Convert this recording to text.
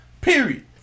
period